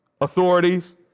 authorities